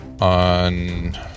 On